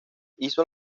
hizo